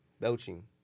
belching